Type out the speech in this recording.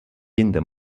llinda